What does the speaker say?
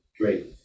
Great